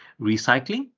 recycling